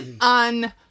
on